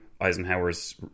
Eisenhower's